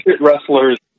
Wrestler's